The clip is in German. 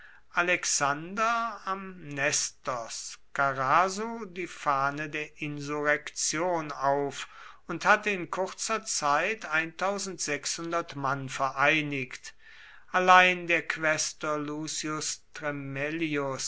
alexander am nestos karasu die fahne der insurrektion auf und hatte in kurzer zeit mann vereinigt allein der